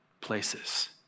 places